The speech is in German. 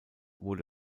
wurde